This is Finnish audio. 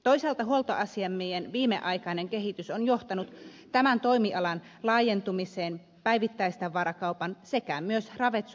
toisaalta huoltoasemien viimeaikainen kehitys on johtanut tämän toimialan laajentumiseen päivittäistavarakaupan sekä myös ravitsemustoiminnan suuntaan